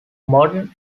modern